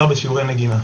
אנשים קורסים.